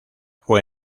fue